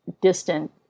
distant